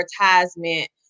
advertisement